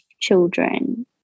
children